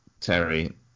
Terry